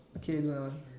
okay do another one